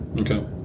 Okay